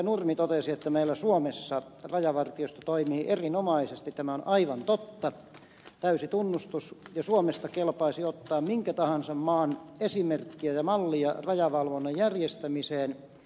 nurmi totesi että meillä suomessa rajavartiosto toimii erinomaisesti tämä on aivan totta sille täysi tunnustus ja suomesta kelpaisi ottaa minkä tahansa maan esimerkkiä ja mallia rajavalvonnan järjestämiseen